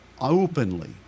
openly